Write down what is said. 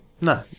no